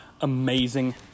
amazing